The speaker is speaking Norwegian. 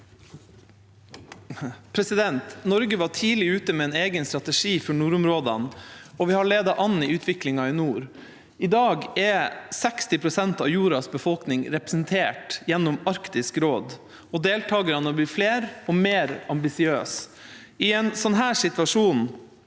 Norge var tidlig ute med en egen strategi for nordområdene, og vi har ledet an i utviklinga i nord. I dag er 60 pst. av jordas befolkning representert gjennom Arktisk råd, og deltakerne har blitt flere og mer ambisiøse. I en slik situasjon